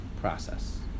process